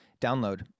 download